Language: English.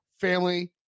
family